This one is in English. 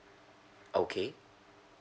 okay